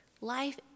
Life